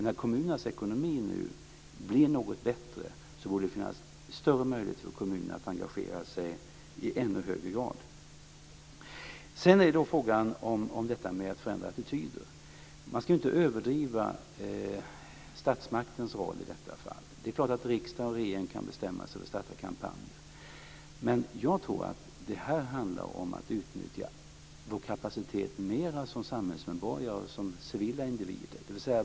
När kommunernas ekonomi nu blir något bättre borde det finnas större möjlighet för dem att engagera sig i ännu högre grad. Sedan kommer vi till frågan om att förändra attityder. Man ska inte överdriva statsmaktens roll i detta fall. Det är klar att riksdag och regering kan bestämma sig för att starta kampanjer. Men jag tror att detta mer handlar om att utnyttja vår kapacitet som samhällsmedborgare och som civila individer.